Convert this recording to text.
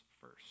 first